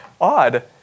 Odd